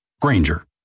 Granger